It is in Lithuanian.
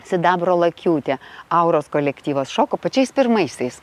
sidabro lakiūtė auros kolektyvas šoko pačiais pirmaisiais